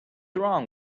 wrong